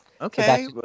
okay